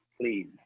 please